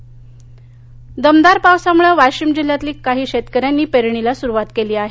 वाशीम दमदार पावसामुळे वाशीम जिल्ह्यातील काही शेतकऱ्यांनी पेरणीला सुरुवात केली आहे